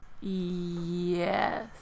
Yes